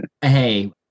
Hey